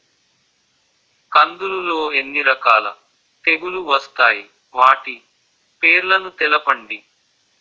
కందులు లో ఎన్ని రకాల తెగులు వస్తాయి? వాటి పేర్లను తెలపండి?